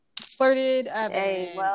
flirted